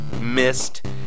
missed